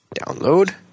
Download